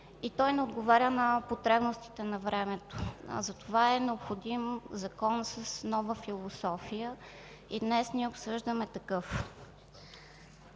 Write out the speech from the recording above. и той не отговаря на потребностите на времето. Затова е необходим закон с нова философия и днес ние обсъждаме такъв.